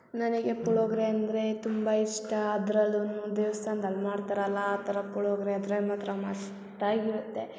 ನನಗೆ ಪುಳೋಗ್ರೆ ಅಂದರೆ ತುಂಬ ಇಷ್ಟ ಅದ್ರಲ್ಲುನು ದೇವ್ಸ್ಥಾನ್ದಲ್ಲಿ ಮಾಡ್ತಾರಲ್ಲ ಆ ಥರ ಪುಳೋಗರೆ ಆದರೆ ಮಾತ್ರ ಮಸ್ತಾಗಿರುತ್ತೆ